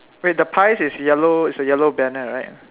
wait the pies is yellow it's a yellow banner right